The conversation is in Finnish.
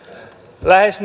lähes